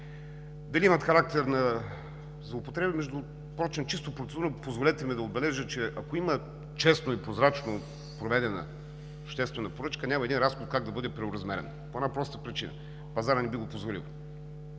Дали имат характер на злоупотреби? Чисто процедурно, позволете ми да отбележа, че ако има честно и прозрачно проведена обществена поръчка, няма как и един разход да бъде преоразмерен по една проста причина – пазарът не би го позволил!